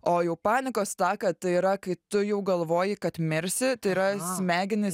o jau panikos ataka tai yra kai tu jau galvoji kad mirsi tai yra smegenys